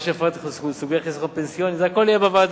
אחרי שהפרטתם סוגי חיסכון פנסיוני זה הכול נהיה בוועדה.